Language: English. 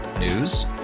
News